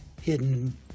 hidden